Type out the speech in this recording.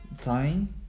time